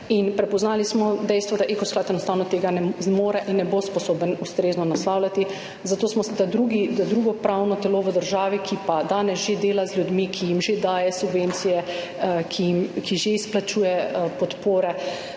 in prepoznali smo dejstvo, da Eko sklad enostavno tega ne zmore in ne bo sposoben ustrezno naslavljati. Zato smo za drugo pravno telo v državi, ki pa danes že dela z ljudmi, ki jim že daje subvencije, ki že izplačuje podpore,